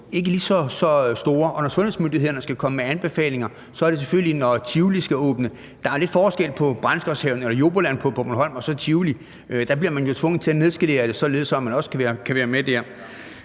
ikke lige så store, og når sundhedsmyndighederne skal komme med anbefalinger, er det selvfølgelig, når Tivoli skal åbne. Der er lidt forskel på Brændesgårdshaven eller Joboland på Bornholm og så Tivoli. Der bliver man jo tvunget til at nedskalere det, således at de også kan være med der.